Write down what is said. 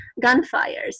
gunfires